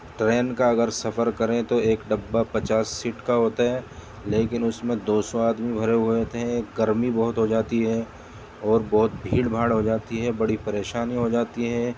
train کا اگر سفر کریں تو ایک ڈبہ پچاس سیٹ کا ہوتا ہے لیکن اس میں دو سو آدمی بھرے ہوئے ہوتے ہیں گرمی بہت ہو جاتی ہے اور بہت بھیڑ بھاڑ ہو جاتی ہے بڑی پریشانی ہو جاتی ہیں